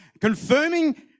confirming